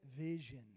vision